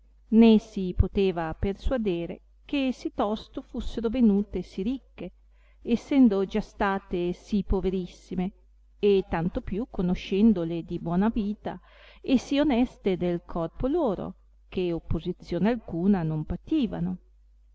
si poteva persuadere che sì tosto fussero venute sì ricche essendo già state sì poverissime e tanto più conoscendole di buona vita e sì oneste del corpo loro che opposizione alcuna non pativano